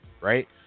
right